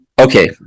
Okay